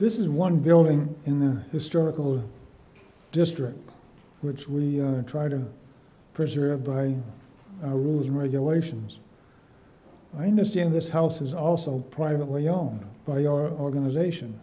this is one building in the historical district which we try to preserve by our rules and regulations minus in this house is also privately owned by our organization